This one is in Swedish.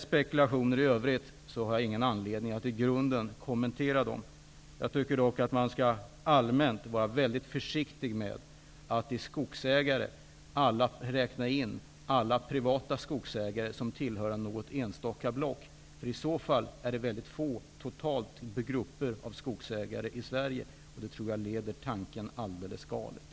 Spekulationer i övrigt har jag ingen anledning att i grunden kommentera. Jag tycker dock att man allmänt skall vara mycket försiktig med att här räkna in alla privata skogsägare som tillhör något enstaka block. I så fall blir grupperna av skogsägare i Sverige totalt sett mycket få. Det tror jag leder tanken alldeles galet.